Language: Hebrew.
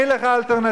אין לך אלטרנטיבה.